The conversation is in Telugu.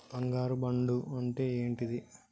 బంగారు బాండు అంటే ఏంటిది?